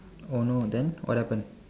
oh no then what happen